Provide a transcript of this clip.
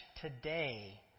today